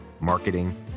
marketing